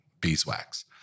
beeswax